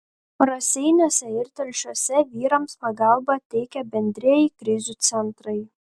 raseiniuose ir telšiuose vyrams pagalbą teikia bendrieji krizių centrai